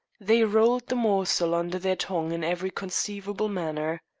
they rolled the morsel under their tongue in every conceivable manner.